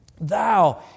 Thou